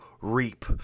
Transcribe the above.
reap